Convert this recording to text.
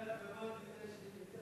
אומנם כתוב לנו ועדת כלכלה,